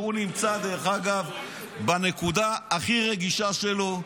שנמצא, דרך אגב, בנקודה הכי רגישה שלו,